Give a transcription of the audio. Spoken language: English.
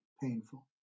painful